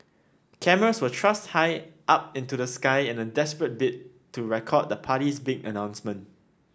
cameras were thrust high up into the sky in a desperate bid to record the party's big announcement